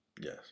Yes